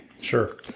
Sure